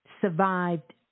Survived